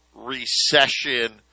recession